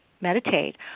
meditate